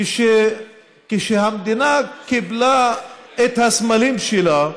כשהמדינה קיבלה את הסמלים שלה,